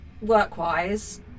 work-wise